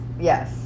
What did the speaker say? Yes